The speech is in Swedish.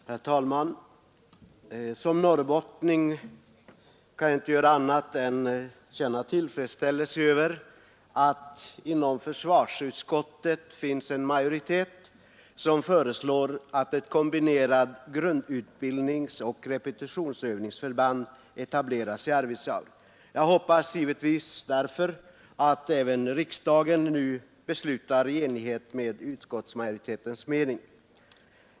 Herr talman! Såsom norrbottning kan jag inte annat än känna tillfredsställelse över att inom försvarsutskottet finns en majoritet, som föreslår att ett kombinerat grundutbildningsoch repetitionsövningsförband etableras i Arvidsjaur. Därför hoppas jag givetvis att även riksdagen nu beslutar i enlighet med utskottsmajoritetens mening.